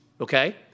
okay